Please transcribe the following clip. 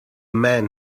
man